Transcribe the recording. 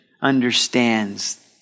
understands